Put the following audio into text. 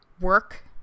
work